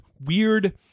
weird